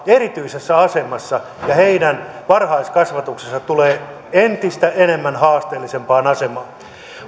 erityisessä asemassa ja heidän varhaiskasvatuksensa tulee entistä enemmän haasteellisempaan asemaan